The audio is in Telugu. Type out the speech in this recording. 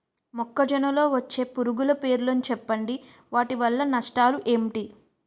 మొక్కజొన్న లో వచ్చే పురుగుల పేర్లను చెప్పండి? వాటి వల్ల నష్టాలు ఎంటి?